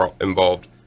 involved